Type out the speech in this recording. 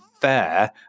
fair